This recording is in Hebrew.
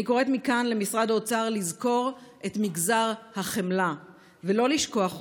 אני קוראת מכאן למשרד האוצר לזכור את מגזר החמלה ולא לשכוח אותו.